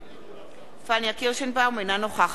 אינה נוכחת איוב קרא,